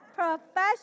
Professional